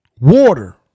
water